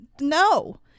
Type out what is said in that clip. no